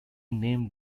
named